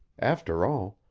after all,